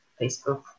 facebook